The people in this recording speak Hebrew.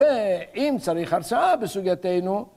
ואם צריך הצעה בסוגייתנו...